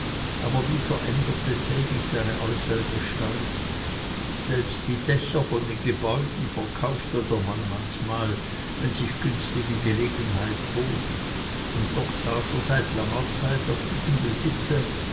aber dieser änderte täglich seine äußere gestalt selbst die dächer von den gebäuden verkaufte der mann manchmal wenn sich günstige gelegenheit bot und doch saß er seit langer zeit auf diesem besitze